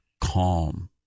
calm